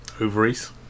Ovaries